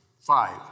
Five